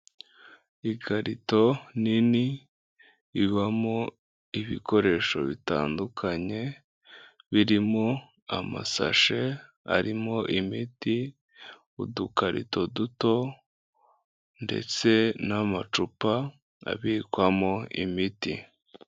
Ikarito nini ibamo ibikoresho bitandukanye birimo amasashe arimo imiti, udukarito duto ndetse n'amacupa abikwamo imiti.